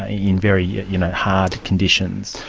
ah in very yeah you know hard conditions.